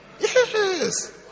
Yes